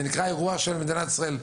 זה נקרא אירוע של מדינת ישראל.